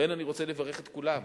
לכן, אני רוצה לברך את כולם,